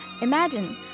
Imagine